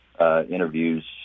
interviews